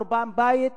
חורבן בית,